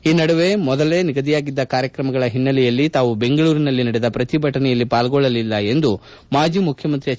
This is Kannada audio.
ಈ ನಡುವೆ ಮೊದಲೇ ನಿಗದಿಯಾಗಿದ್ದ ಕಾರ್ಯಕ್ರಮಗಳ ಒನ್ನೆಲೆಯಲ್ಲಿ ತಾವು ಬೆಂಗಳೂರಿನಲ್ಲಿ ನಡೆದ ಪ್ರತಿಭಟನೆಯಲ್ಲಿ ಪಾಲ್ಗೊಳ್ಳಲಿಲ್ಲ ಎಂದು ಮಾಜಿ ಮುಖ್ಯಮಂತ್ರಿ ಎಚ್